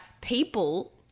people